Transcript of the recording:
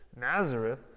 Nazareth